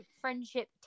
friendship